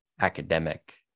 academic